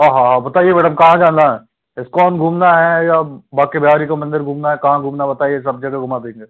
हाँ हाँ हाँ बताइए मैडम कहाँ जाना है इस्कॉन घूमना है या बांके बिहारी का मंदिर घूमना है कहाँ घूमने बताइए सब जगह घुमा देंगे